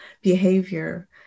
behavior